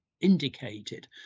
indicated